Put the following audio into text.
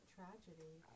tragedy